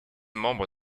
membre